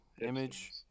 image